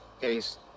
case